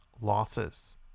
losses